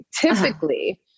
typically